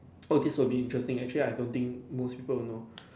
oh this will be interesting actually I don't think most people will know